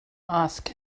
ask